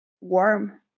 warm